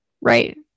right